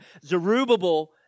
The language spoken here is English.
Zerubbabel